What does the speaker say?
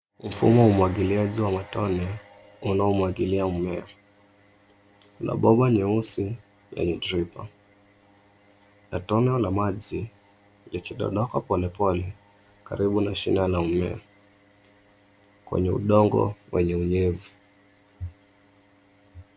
Mfumo wa umwagiliaji wa matone unaomwagilia mmea, kuna bomba nyeusi yenye dripper na tone la maji likidondoka polepole karibu na shina ya mmea kwenye udongo wenye unyevu.